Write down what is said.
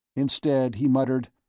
instead he muttered,